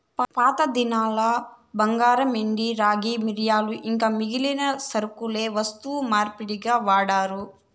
పాతదినాల్ల బంగారు, ఎండి, రాగి, బియ్యం, మిరియాలు ఇంకా మిగిలిన సరకులే వస్తు మార్పిడిగా వాడారు